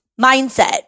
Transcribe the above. mindset